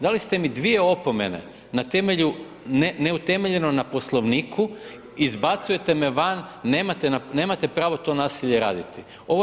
Dali ste mi dvije opomene na temelju, neutemeljeno na Poslovniku, izbacujete me van, nemate pravo to nasilje raditi.